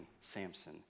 Samson